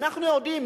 אנחנו יודעים,